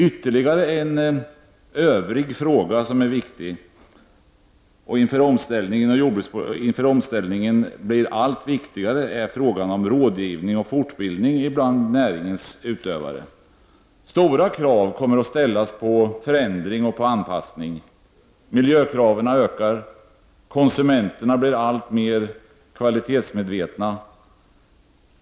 Ytterligare en ”övrig fråga” som är viktig, och som inför omställningen blir allt viktigare, är frågan om rådgivning och fortbildning bland näringens utövare. Stora krav kommer att ställas på förändring och anpassning. Miljökraven ökar. Konsumenterna blir alltmer kvalitetsmedvetna.